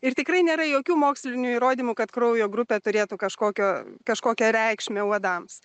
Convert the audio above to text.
ir tikrai nėra jokių mokslinių įrodymų kad kraujo grupė turėtų kažkokio kažkokią reikšmę uodams